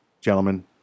Gentlemen